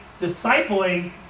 discipling